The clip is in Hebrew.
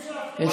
חוקים,